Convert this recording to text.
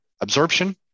absorption